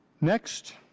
Next